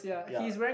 ya